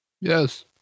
Yes